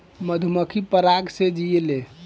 मधुमक्खी पराग से जियेले